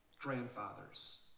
grandfathers